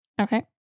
Okay